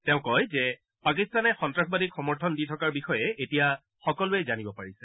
তেওঁ কয় যে পাকিস্তানে সন্তাসবাদীক সমৰ্থন দি থকাৰ বিষয়ে এতিয়া সকলোবে জানিব পাৰিছে